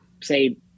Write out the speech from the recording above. say